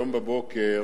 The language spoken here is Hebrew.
היום בבוקר